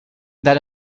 that